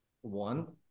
One